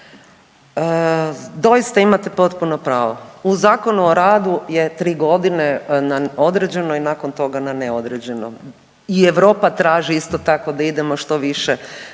Doista imate potpuno pravo. U Zakonu o radu je 3 godine na određeno i nakon toga na neodređeno i Europa traži isto tako da idemo što više